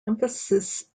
emphasis